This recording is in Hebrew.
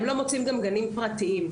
הם גם לא מוצאים גנים פרטיים.